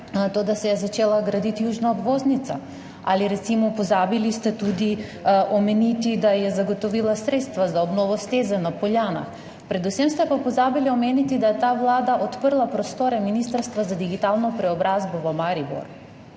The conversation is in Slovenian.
da se je začela graditi južna obvoznica. Ali, recimo, pozabili ste tudi omeniti, da je zagotovila sredstva za obnovo steze na Poljanah. Predvsem ste pa pozabili omeniti, da je ta vlada odprla prostore Ministrstva za digitalno preobrazbo v Mariboru,